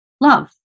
Love